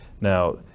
Now